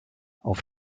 auf